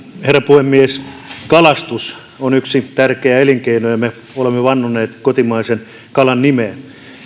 herra puhemies kalastus on yksi tärkeä elinkeino ja me olemme vannoneet kotimaisen kalan nimeen